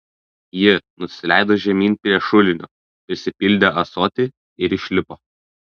ji nusileido žemyn prie šulinio prisipildė ąsotį ir išlipo